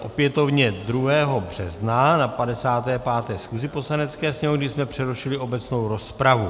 opětovně 2. března na 55. schůzi Poslanecké sněmovny, kdy jsme přerušili obecnou rozpravu.